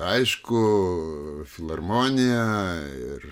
aišku filharmonija ir